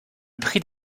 prix